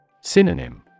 Synonym